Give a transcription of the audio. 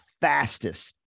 fastest